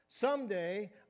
Someday